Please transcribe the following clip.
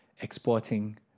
exporting